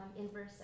inverses